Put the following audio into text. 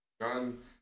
John